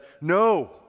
No